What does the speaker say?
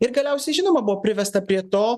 ir galiausiai žinoma buvo privesta prie to